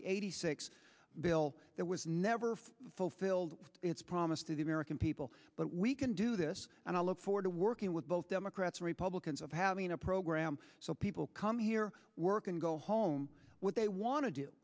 the eighty six bill that was never fulfilled its promise to the american people but we can do this and i look forward to working with both democrats and republicans of having a program so people come here work and go home what they want to do